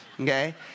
Okay